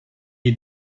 est